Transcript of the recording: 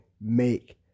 make